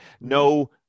no